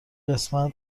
قسمت